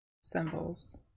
Symbols